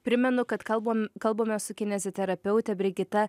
primenu kad kalbam kalbame su kineziterapeute brigita